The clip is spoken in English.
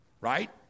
right